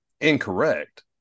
incorrect